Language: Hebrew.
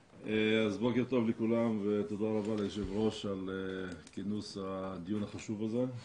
בוקר טוב לכולם ותודה רבה ליושב ראש על כינוס הדיון החשוב הזה,